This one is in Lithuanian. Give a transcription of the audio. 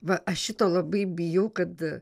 va aš šito labai bijau kad